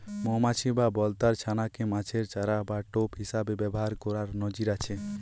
মউমাছি বা বলতার ছানা কে মাছের চারা বা টোপ হিসাবে ব্যাভার কোরার নজির আছে